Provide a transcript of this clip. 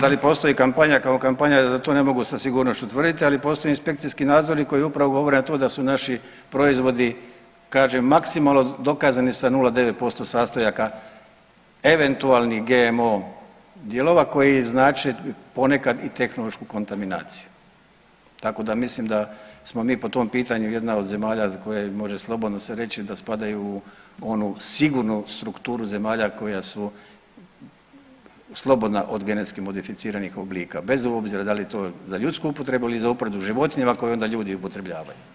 Sad da li postoji kampanja kao kampanja to ne mogu sa sigurnošću tvrditi, ali postoji inspekcijski nadzori koji upravo govore to da su naši proizvodi kažem maksimalno dokazani sa 0,9% sastojaka eventualnih GMO dijelova koji znače ponekad i tehnološku kontaminaciju, tako da mislim da smo mi po tom pitanju jedna od zemalja za koje može slobodno se reći da spadaju u onu sigurnu strukturu zemalja koja je slobodna od genetski modificiranih oblika bez obzira da li je to za ljudsku upotrebu ili za upotrebu životinja i ovako je onda ljudi upotrebljavaju.